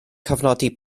cofnodi